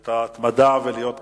ואני מציין את ההתמדה של להיות כאן.